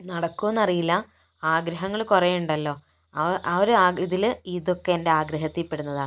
നടക്കുമോ എന്നറിയില്ല ആഗ്രഹങ്ങൾ കുറേ ഉണ്ടല്ലോ ആ ആ ഒരു ഇതില് ഇതൊക്കെ എൻ്റെ ആഗ്രഹത്തിൽപ്പെടുന്നതാണ്